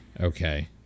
Okay